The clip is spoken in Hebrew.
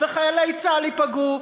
וחיילי צה"ל ייפגעו,